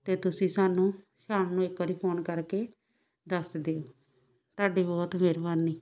ਤਾਂ ਤੁਸੀਂ ਸਾਨੂੰ ਸ਼ਾਮ ਨੂੰ ਇੱਕ ਵਾਰੀ ਫੋਨ ਕਰਕੇ ਦੱਸ ਦਿਓ ਤੁਹਾਡੀ ਬਹੁਤ ਮਿਹਰਬਾਨੀ